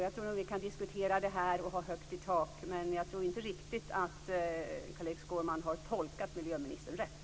Jag tror att vi kan diskutera det här och ha högt i tak, men jag tror inte riktigt att Carl-Erik Skårman har tolkat miljöministern rätt.